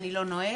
אני לא נוהג,